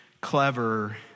clever